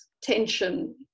tension